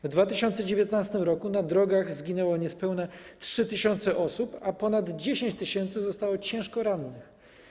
W 2019 r. na drogach zginęło niespełna 3 tys. osób, a ponad 10 tys. zostało ciężko rannych.